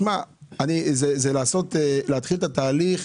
שמע, זה להתחיל את התהליך,